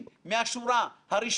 היה חשוב לנו העניין הזה.